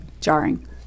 jarring